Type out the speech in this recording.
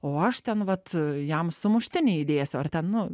o aš ten vat jam sumuštinį įdėsiu ar ten nu